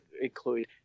include